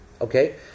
okay